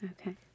okay